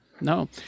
No